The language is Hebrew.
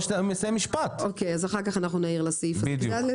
אוקי, אז אחר-כך נעיר לסעיפים.